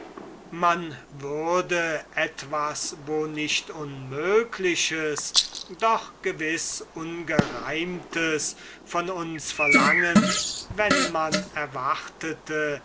man würde etwas wo nicht unmögliches doch gewiß ungereimtes von uns verlangen wenn man erwartete